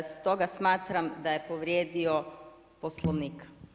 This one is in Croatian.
Stoga smatram da je povrijedio Poslovnik.